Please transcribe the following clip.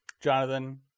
Jonathan